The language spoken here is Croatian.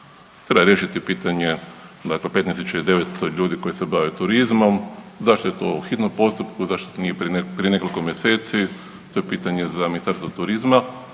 treba riješiti pitanje dakle 15.900 ljudi koji se bave turizmom. Zašto je to u hitnom postupku, zašto to nije prije nekoliko mjeseci? To je pitanje za Ministarstvo turizma.